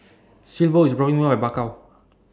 Silvio IS dropping Me off At Bakau